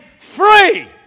free